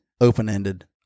open-ended